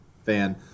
fan